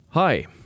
Hi